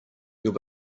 your